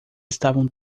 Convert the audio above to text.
estavam